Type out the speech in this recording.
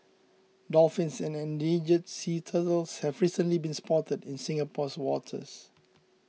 dolphins and endangered sea turtles have recently been spotted in Singapore's waters